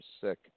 sick